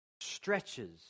stretches